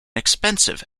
expensive